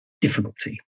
difficulty